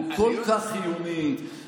הוא כל כך חיוני,